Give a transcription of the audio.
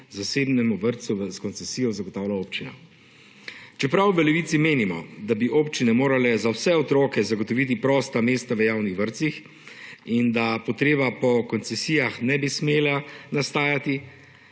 zasebnemu vrtcu s koncesijo zagotavlja občina. Čeprav v Levici menimo, da bi občine morale za vse otroke zagotoviti prosta mesta v javnih vrtcih in da potreba po koncesijah ne bi smela nastajati,